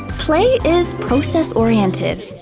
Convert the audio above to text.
play is process oriented.